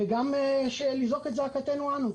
וגם לזעוק את זעקתנו אנו.